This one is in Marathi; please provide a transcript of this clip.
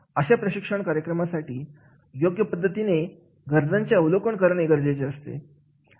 अशा प्रशिक्षण कार्यक्रमासाठी योग्य पद्धतीने गरजेचे अवलोकन करणे गरजेचे आहे